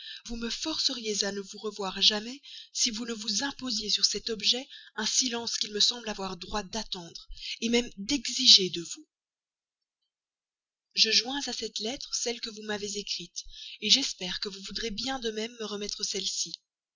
vous me forceriez à ne vous revoir jamais si vous ne vous imposiez sur cet objet un silence qu'il me semble avoir droit d'attendre même d'exiger de vous je joins à cette lettre celle que vous m'avez écrite j'espère que vous voudrez bien de même me remettre celle-ci